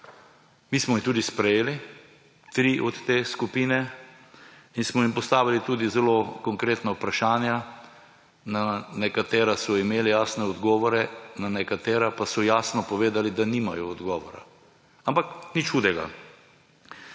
Mi smo jih tudi sprejeli, tri od te skupine, in smo jim postavili tudi zelo konkretna vprašanja. Na nekatera so imeli jasne odgovore, na nekatera pa so jasno povedali, da nimajo odgovora. Ampak nič hudega.